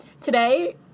Today